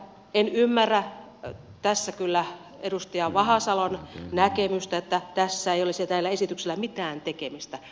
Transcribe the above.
en ymmärrä edustaja vahasalon näkemystä että tässä ei olisi tällä esityksellä mitään tekemistä